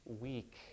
weak